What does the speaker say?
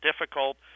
difficult